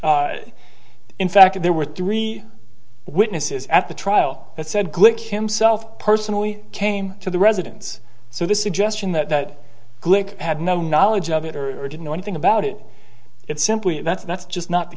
team in fact there were three witnesses at the trial that said glick himself personally came to the residence so this ingestion that glick had no knowledge of it or or didn't know anything about it it's simply that's that's just not the